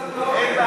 יש שם פקקים אדירים.